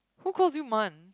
who calls you mun